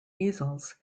easels